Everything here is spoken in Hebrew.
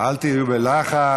אל תהיו בלחץ.